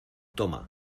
toma